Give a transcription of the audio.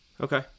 Okay